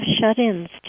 shut-ins